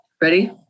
Ready